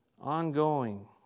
Ongoing